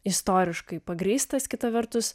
istoriškai pagrįstas kita vertus